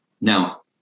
Now